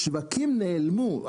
השווקים נעלמו,